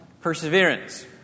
perseverance